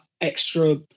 extra